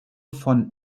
von